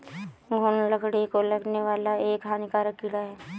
घून लकड़ी को लगने वाला एक हानिकारक कीड़ा है